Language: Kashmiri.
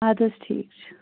اَدٕ حظ ٹھیٖک چھُ